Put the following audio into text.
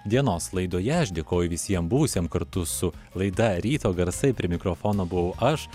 dienos laidoje aš dėkoju visiem buvusiem kartu su laida ryto garsai prie mikrofono buvau aš